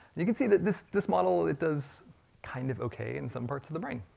you can see that this this model it does kind of okay in some parts of the brain.